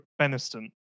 Beniston